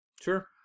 sure